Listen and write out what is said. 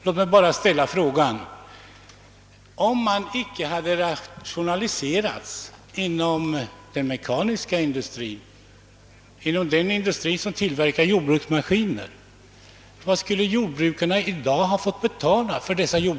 Låt mig bara ställa frågan: Om man inte hade rationaliserat inom den mekaniska industrin, inom den industri som tillverkar jordbruksmaskiner, vad skulle jordbrukarna i dag ha fått betala för dessa?